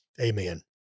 Amen